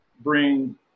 bring